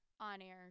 on-air